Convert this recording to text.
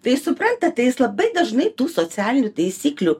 tai suprantat tai jis labai dažnai tų socialinių taisyklių